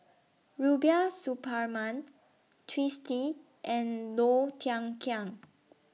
Rubiah Suparman Twisstii and Low Thia Khiang